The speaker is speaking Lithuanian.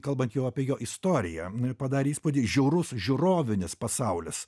kalbant jau apie jo istoriją padarė įspūdį žiaurus žiūrovinis pasaulis